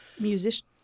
musician